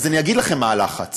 אז אני אגיד לכם מה הלחץ.